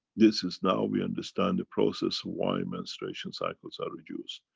this is. now we understand the process why menstruation cycles are reduced.